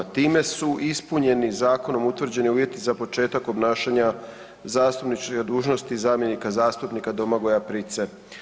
Time su ispunjeni zakonom utvrđeni uvjeti za početak obnašanja zastupničke dužnosti zamjenika zastupnika Domagoja Price.